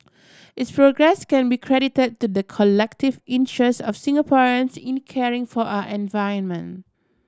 its progress can be credited to the collective interest of Singaporeans in caring for our environment